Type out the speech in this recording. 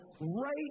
right